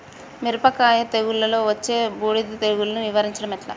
మిరపకాయ తెగుళ్లలో వచ్చే బూడిది తెగుళ్లను నివారించడం ఎట్లా?